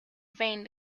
vain